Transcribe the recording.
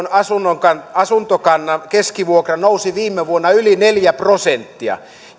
vvon asuntokannan keskivuokra nousi viime vuonna yli neljä prosenttia